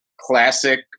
classic